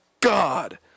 God